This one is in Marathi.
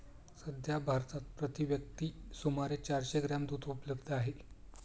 सध्या भारतात प्रति व्यक्ती सुमारे चारशे ग्रॅम दूध उपलब्ध आहे